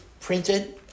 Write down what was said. printed